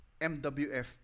MWF